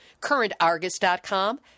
currentargus.com